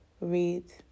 read